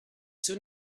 soon